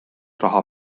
raha